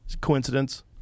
coincidence